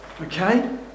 okay